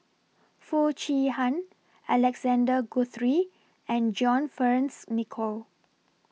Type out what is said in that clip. Foo Chee Han Alexander Guthrie and John Fearns Nicoll